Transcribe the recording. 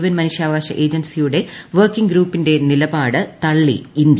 N മനുഷ്യാവകാശ ഏജൻസ്മിയുട്ട് working ഗ്രൂപ്പിന്റെ നിലപാട് തള്ളി ഇന്ത്യ